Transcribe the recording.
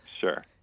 sure